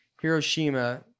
Hiroshima